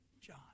John